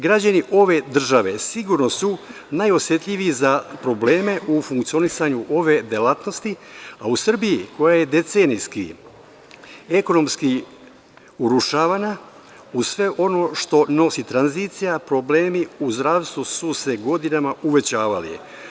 Građani ove države sigurno su najosetljiviji za probleme u funkcionisanju ove delatnosti, a u Srbiji, koja je decenijski ekonomski urušavana, uz sve ono što nosi tranzicija, problemi u zdravstvu su se godinama uvećavali.